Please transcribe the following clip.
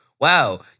wow